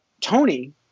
Tony